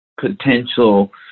potential